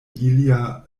ilia